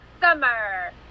Summer